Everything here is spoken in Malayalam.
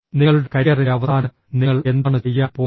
നിങ്ങളുടെ കരിയറിന്റെ അവസാനംഃ നിങ്ങൾ എന്താണ് ചെയ്യാൻ പോകുന്നത്